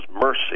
mercy